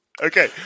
Okay